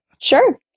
Sure